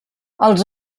els